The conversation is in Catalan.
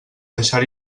deixar